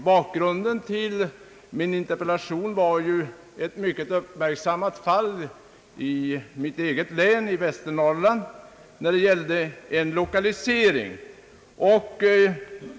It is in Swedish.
Bakgrunden till min interpellation var ju ett mycket uppmärksammat lokaliseringsfall i mitt eget län, Västernorrlands län.